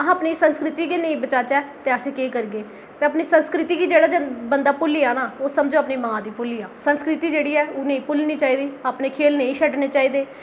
अस अपनी संस्कृति गी नेई बचागे ते अस केह् करगे ते अपनी संस्कृति गी जेह्ड़ा बंदा भुल्लिया ना समझो ओह् अपनी मां गी भुल्लिया संस्कृति जेह्डी ऐ नेईं भुल्लनी चाहिदी कोई खेल नेई छड्डने चाहिदे